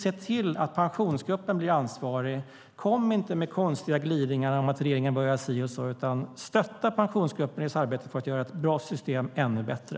Se till att Pensionsgruppen blir ansvarig, och kom inte med konstiga gliringar om att regeringen bör göra si och så. Stötta Pensionsgruppens arbete för att göra ett bra system ännu bättre!